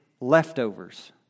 leftovers